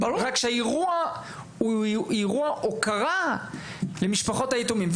רק שהאירוע הוא אירוע הוקרה למשפחות היתומים.